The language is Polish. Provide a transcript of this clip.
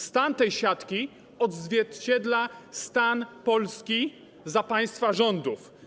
Stan tej siatki odzwierciedla stan Polski za państwa rządów.